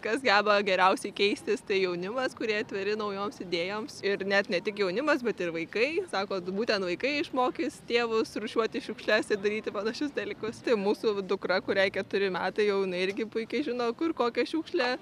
kas geba geriausiai keistis tai jaunimas kurie atviri naujoms idėjoms ir net ne tik jaunimas bet ir vaikai sako būtent vaikai išmokys tėvus rūšiuoti šiukšles ir daryti panašius dalykus tai mūsų dukra kuriai keturi metai jau irgi puikiai žino kur kokią šiukšlę